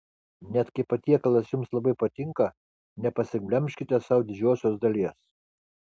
net kai patiekalas jums labai patinka nepasiglemžkite sau didžiosios dalies